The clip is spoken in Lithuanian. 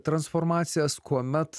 transformacijas kuomet